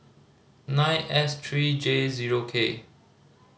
nine S three J zero K